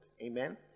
amen